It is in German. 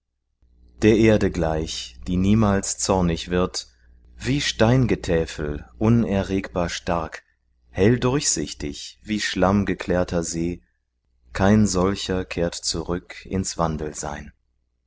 der erde gleich die niemals zornig wird wie steingetäfel unerregbar stark hell durchsichtig wie schlammgeklärter see kein solcher kehrt zurück ins wandelsein